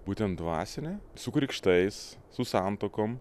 būtent dvasinė su krikštais su santuokom